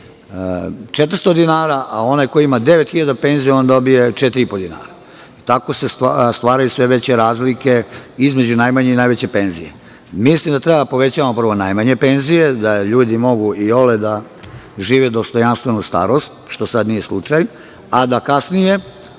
400 dinara, a onaj ko ima 9.000 dinara penziju, on dobije 4,5 dinara. Tako se stvaraju sve veće razlike između najmanje i najveće penzije. Mislim da treba da povećavamo prvo najmanje penzije, da ljudi mogu iole da dožive dostojanstvenu starost, što sada nije slučaj, a da kasnije,